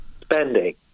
spending